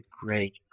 great